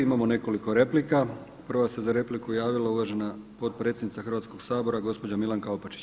Imamo nekoliko replika, prva se za repliku javila uvažena potpredsjednica Hrvatskog sabora gospođa Milanka Opačić.